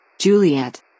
Juliet